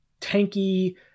tanky